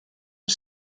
are